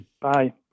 Bye